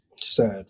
Sad